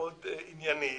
מאוד עניינית,